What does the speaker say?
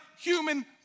human